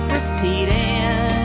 repeating